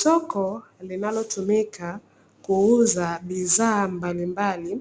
Soko linalotumika kuuza bidhaa mbalimbali,